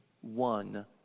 one